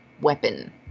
weapon